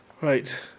Right